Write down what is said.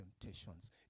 temptations